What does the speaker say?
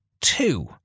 two